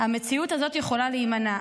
המציאות הזאת יכולה להימנע.